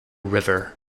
river